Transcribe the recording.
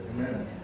Amen